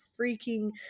freaking